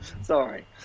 sorry